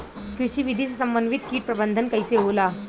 कृषि विधि से समन्वित कीट प्रबंधन कइसे होला?